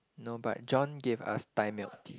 no but John gave us Thai milk tea